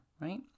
right